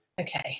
Okay